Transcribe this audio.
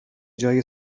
جای